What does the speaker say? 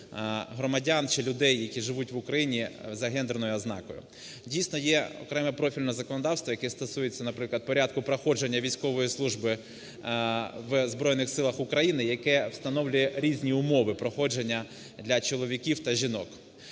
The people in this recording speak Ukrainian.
громадян чи людей, які живуть в Україні за гендерною ознакою. Дійсно є окреме профільне законодавство, яке стосується, наприклад, порядку проходження військової служби в Збройних Силах України, яке встановлює різні умови проходження для чоловіків та жінок.